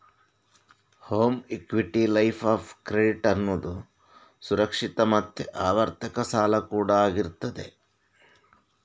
home equity line of credit ಅನ್ನುದು ಸುರಕ್ಷಿತ ಮತ್ತೆ ಆವರ್ತಕ ಸಾಲ ಕೂಡಾ ಆಗಿರ್ತದೆ